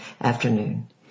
afternoon